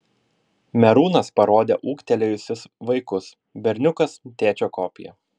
merūnas parodė ūgtelėjusius vaikus berniukas tėčio kopija